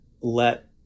let